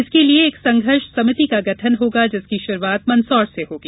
इसके लिए एक संघर्ष समिति का गठन होगा जिसकी शुरुआत मंदसौर से होगी